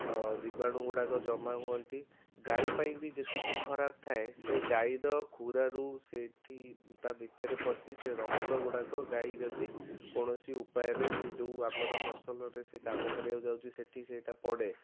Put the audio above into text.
ଜୀବାଣୁ ଗୁଡ଼ାକ ଜମା ହୁଅନ୍ତି ଗାଈ ପାଇଁ ବି ଯେତିକି ଖରାପ୍ ଥାଏ ସେ ଗାଈର ଖୁରାରୁ ସେଇଠି ତା' ଭିତରେ ପଶି ସେ ରକ୍ତ ଗୁଡ଼ାକ ଗାଈ ଯଦି କୌଣସି ଉପାୟରେ ସେ ଯେଉଁ ଆମର ଫସଲରେ କାମ କରିବାକୁ ଯାଉଛି ସେଇଠି ସେଇଟା ପଡ଼େ